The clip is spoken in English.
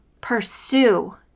pursue